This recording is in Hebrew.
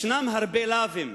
יש הרבה לאווים